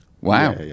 wow